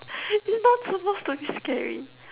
you not supposed to be carried